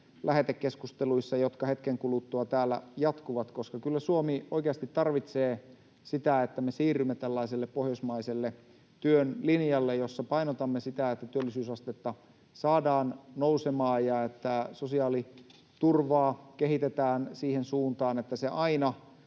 lähetekeskusteluissa, jotka hetken kuluttua täällä jatkuvat — koska kyllä Suomi oikeasti tarvitsee sitä, että me siirrymme tällaiselle pohjoismaiselle työn linjalle, jossa painotamme sitä, että työllisyysastetta saadaan nousemaan ja että sosiaaliturvaa kehitetään siihen suuntaan, että se aina